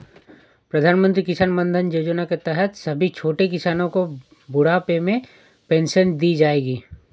प्रधानमंत्री किसान मानधन योजना के तहत सभी छोटे किसानो को बुढ़ापे में पेंशन दी जाएगी